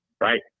Right